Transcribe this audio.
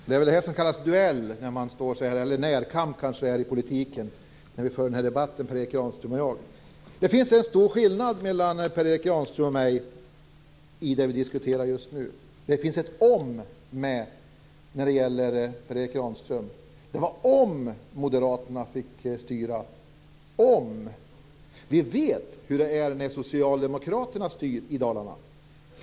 Fru talman! Det är väl det här som kallas duell, eller kanske det är närkamp i politiken när vi för den här debatten, Per Erik Granström och jag. Det finns en stor skillnad mellan Per Erik Granström och mig i det vi diskuterar just nu. Det fanns med ett "om" när det gäller Per Erik Granström - om moderaterna fick styra. Vi vet hur det är när socialdemokraterna styr i Dalarna.